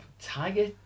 Tiger